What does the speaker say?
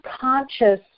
conscious